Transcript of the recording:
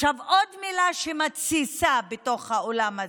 עוד מילה שמתסיסה באולם הזה,